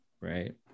right